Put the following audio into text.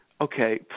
okay